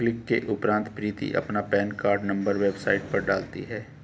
click के उपरांत प्रीति अपना पेन कार्ड नंबर वेबसाइट पर डालती है